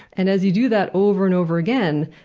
and as you do that over and over again,